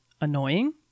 annoying